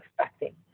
expecting